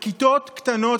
הכיתות קטנות,